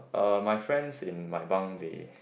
uh my friends in my bunk they